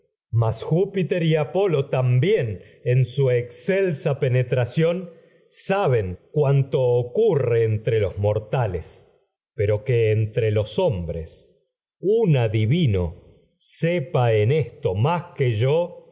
mas júpiter ben y apolo también ocurre en los su excelsa penetración sa pero que cuanto entre mortales entre los hombres un adivino sepa eq esto más que yo